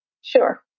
Sure